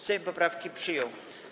Sejm poprawki przyjął.